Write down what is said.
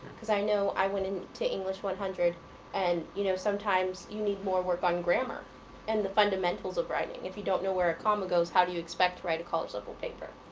because i know i went and into english one hundred and, you know, sometimes you need more work on grammar and the fundamentals of writing. if you don't know where a comma goes, how do you expect to write a college-level paper?